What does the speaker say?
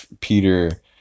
peter